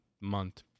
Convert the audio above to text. month